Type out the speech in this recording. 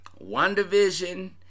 WandaVision